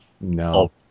No